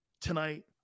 tonight